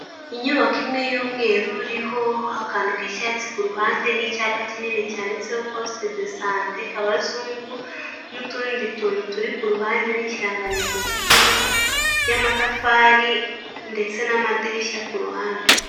Inyubako imwe y'umweru, iriho akantu k'icyatsi ku ruhande, n'icyapa kinini cyanditseho posite de sante Kabazungu, n'utundi tuntu turi ku ruhande, n'ikirangantego cy'igihugu, y'amatafari ndetse n'amadirishya ku ruhande.